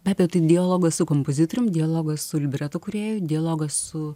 be abejo tai dialogas su kompozitorium dialogas su libreto kūrėju dialogas su